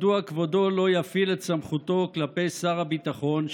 מדוע כבודו לא יפעיל את סמכותו כלפי שר הביטחון,